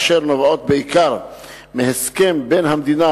אשר נובעות בעיקר מהסכם בין המדינה